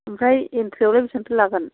ओमफ्राय एन्ट्रियावलाय बेसेबांथो लागोन